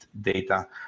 data